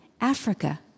Africa